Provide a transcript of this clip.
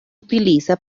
utiliza